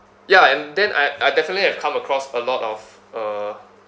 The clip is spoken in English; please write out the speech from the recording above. ya and then I I definitely have come across a lot of uh